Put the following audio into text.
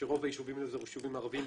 רוב היישובים הם יישובים ערביים,